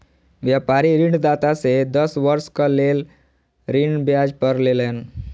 व्यापारी ऋणदाता से दस वर्षक लेल ऋण ब्याज पर लेलैन